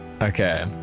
Okay